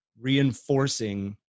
reinforcing